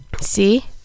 See